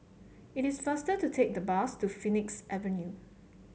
it is faster to take the bus to Phoenix Avenue